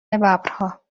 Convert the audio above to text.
ببرها